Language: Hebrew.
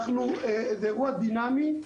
זה אירוע דינאמי,